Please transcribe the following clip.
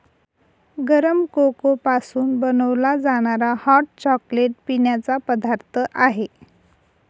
गरम कोको पासून बनवला जाणारा हॉट चॉकलेट पिण्याचा पदार्थ आहे